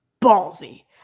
ballsy